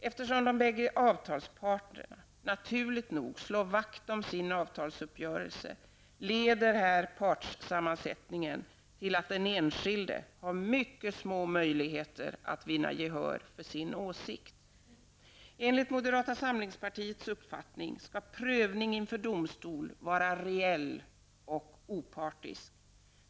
Eftersom de bägge avtalsparterna -- naturligt nog -- slår vakt om sin avtalsuppgörelse leder partssammansättningen här till att den enskilde har mycket små möjligheter att vinna gehör för sin åsikt. Enligt moderata samlingspartiets uppfattning skall prövning inför domstol vara reell och opartisk.